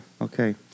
Okay